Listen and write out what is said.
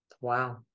Wow